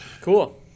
cool